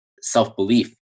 self-belief